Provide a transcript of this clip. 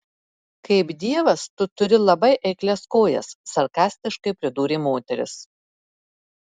kaip dievas tu turi labai eiklias kojas sarkastiškai pridūrė moteris